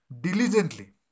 diligently